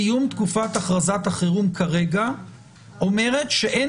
סיום תקופת הכרזת החירום כרגע אומר שאין